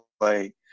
play